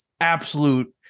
absolute